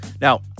Now